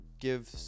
give